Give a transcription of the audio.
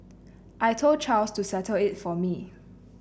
I told Charles to settle it for me